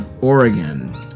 Oregon